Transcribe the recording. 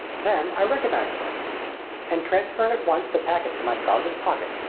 then i recognized him and, transferring at once the packet to my trousers pocket,